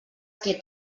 que